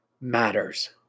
matters